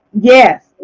Yes